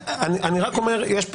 אלמנט הפגיעה